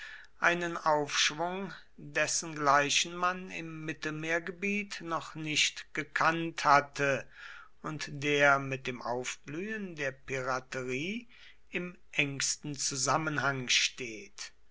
einen aufschwung dessengleichen man im mittelmeergebiet noch nicht gekannt hatte und der mit dem aufblühen der piraterie im engsten zusammenhang steht